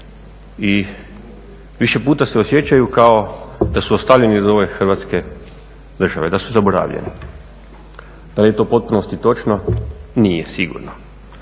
i više puta se osjećaju kao da su ostavljeni od ove Hrvatske države, da su zaboravljeni. Da li je to u potpunosti točno? Nije sigurno.